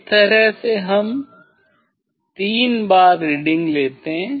इस तरह से हम तीन बार रीडिंग लेते हैं